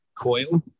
coil